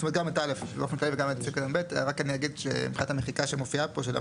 זאת אומרת, גם את (א) אבל גם את (ב).